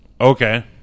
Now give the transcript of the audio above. Okay